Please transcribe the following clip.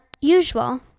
usual